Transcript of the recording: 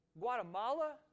Guatemala